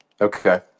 okay